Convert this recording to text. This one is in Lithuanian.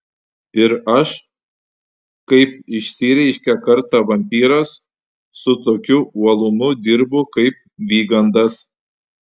ir aš kaip išsireiškė kartą vampyras su tokiu uolumu dirbu kaip vygandas